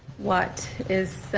what is,